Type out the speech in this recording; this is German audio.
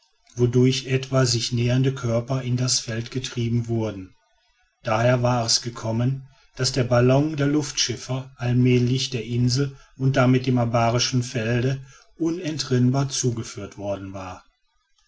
wodurch etwa sich nähernde körper in das feld getrieben wurden daher war es gekommen daß der ballon der luftschiffer allmählich der insel und damit dem abarischen felde unentrinnbar zugeführt worden war